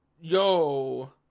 Yo